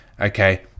Okay